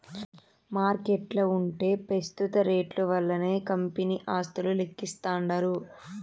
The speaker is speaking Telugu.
మార్కెట్ల ఉంటే పెస్తుత రేట్లు వల్లనే కంపెనీ ఆస్తులు లెక్కిస్తాండారు